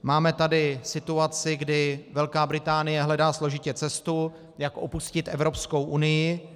Máme tady situaci, kdy Velká Británie hledá složitě cestu, jak opustit Evropskou unii.